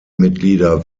mitglieder